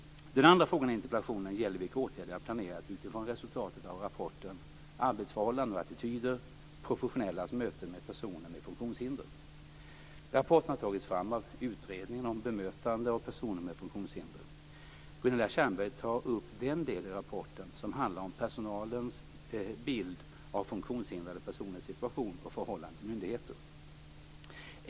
Den andra frågan i interpellationen gäller vilka åtgärder jag planerat utifrån resultatet av rapporten Arbetsförhållanden och attityder - professionellas möten med personer med funktionshinder. Rapporten har tagits fram av utredningen om bemötande av personer med funktionshinder. Gunilla Tjernberg tar upp den del i rapporten som handlar om personalens bild av funktionshindrade personers situation och förhållande till myndigheter.